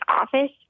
office